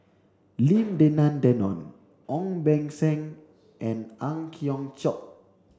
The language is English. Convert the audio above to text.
Lim Denan Denon Ong Beng Seng and Ang Hiong Chiok